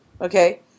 okay